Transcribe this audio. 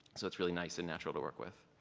so it's really nice and natural to work with.